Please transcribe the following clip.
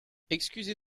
excusez